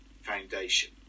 foundation